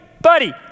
buddy